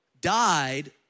died